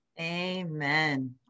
Amen